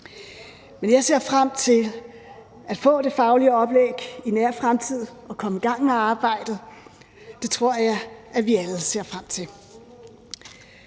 Men jeg ser frem til at få det faglige oplæg i nær fremtid og komme i gang med arbejdet. Det tror jeg at vi alle ser frem til.